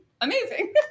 amazing